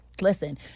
listen